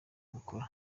bukora